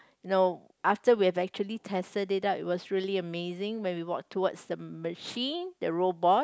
no after we have actually tested it out it was really amazing when we walked towards the machine the robot